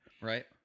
Right